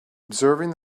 observing